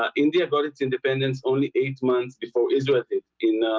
ah india got its independence only eight months before israel did in ah,